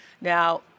Now